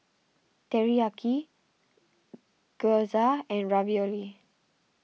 Teriyaki Gyoza and Ravioli